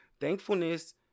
thankfulness